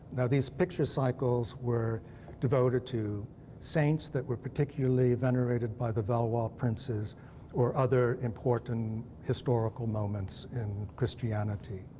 now, these picture cycles were devoted to saints that were particularly venerated by the valois princes or other important historical moments in christianity.